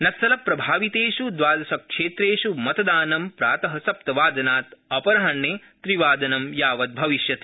नक्सलप्रभावितेष् द्वादशक्षेत्रेष् मतदानं प्रात सप्तवादनात् अपराह्ने त्रिवादनपूर्वकं यावत् भविष्यति